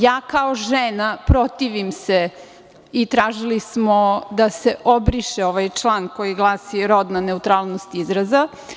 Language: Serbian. Ja kao žena protivim se i tražili smo da se obriše ovaj član, koji glasi – rodna neutralnost izraza.